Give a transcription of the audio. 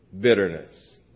bitterness